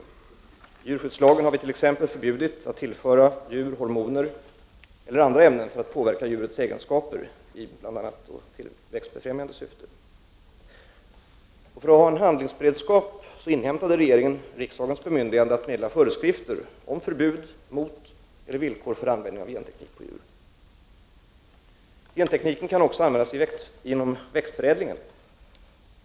I djurskyddslagen har vi t.ex. förbjudit att tillföra djur hormoner eller andra ämnen för att påverka djurets egenskaper i bl.a. tillväxtbefrämjande syfte. För att ha en handlingsberedskap inhämtade regeringen riksdagens bemyndigande att meddela föreskrifter om förbud mot eller villkor för användning av genteknik på djur. Gentekniken kan även användas inom växtförädlingen.